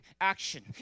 action